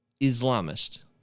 Islamist